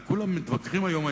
כי כולם מתווכחים היום,